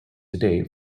today